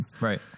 Right